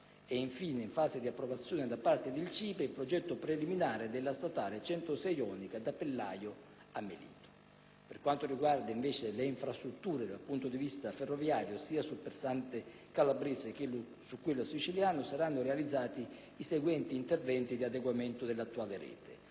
infine, in fase di approvazione da parte del CIPE il progetto preliminare del megalotto 5 della statale 106 ionica, da Pellaio a Melito. Per quanto riguarda le infrastrutture ferroviarie, sia sul versante calabrese, sia su quello siciliano, saranno realizzati i seguenti interventi di adeguamento dell'attuale rete.